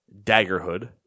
Daggerhood